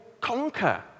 conquer